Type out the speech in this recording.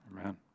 Amen